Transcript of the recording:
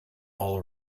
all